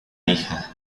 hija